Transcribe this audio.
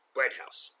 Breadhouse